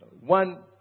one